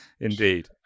indeed